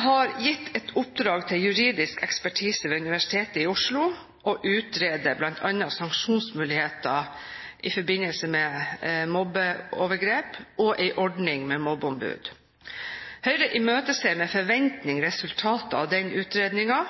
har gitt et oppdrag til juridisk ekspertise ved Universitetet i Oslo – å utrede bl.a. sanksjonsmuligheter i forbindelse med mobbeovergrep og en ordning med mobbeombud. Høyre imøteser med forventning resultatet av den utredningen.